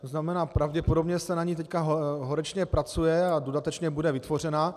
To znamená, pravděpodobně se na ní teď horečně pracuje a dodatečně bude vytvořena.